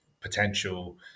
potential